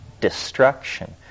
destruction